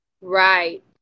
Right